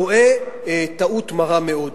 טועה טעות מרה מאוד.